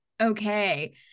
okay